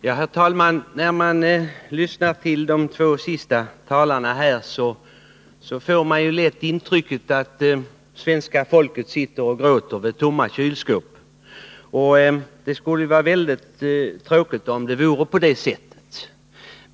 Herr talman! Efter att ha lyssnat till de två senaste talarna får man lätt intrycket att svenska folket sitter och gråter vid tomma kylskåp. Det skulle naturligtvis vara väldigt tråkigt om det vore på det sättet.